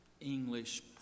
English